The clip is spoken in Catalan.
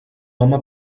home